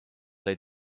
sai